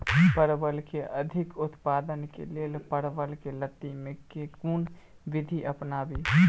परवल केँ अधिक उत्पादन केँ लेल परवल केँ लती मे केँ कुन विधि अपनाबी?